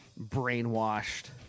brainwashed